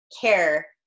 care